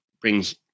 brings